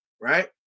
right